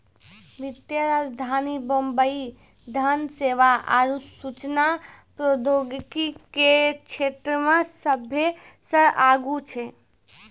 वित्तीय राजधानी मुंबई धन सेवा आरु सूचना प्रौद्योगिकी के क्षेत्रमे सभ्भे से आगू छै